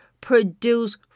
Produce